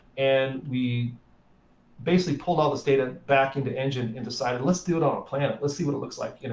and we basically pulled all this data back into engine, and decided, let's do it on a planet. let's see what it looks like.